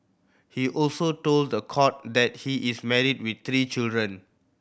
he also told the court that he is married with three children